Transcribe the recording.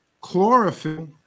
Chlorophyll